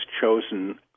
chosen